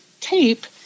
tape